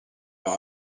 leur